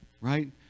right